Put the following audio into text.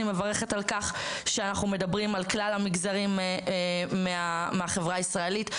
אני מברכת על כך שאנחנו מדברים על כלל המגזרים מהחברה הישראלית.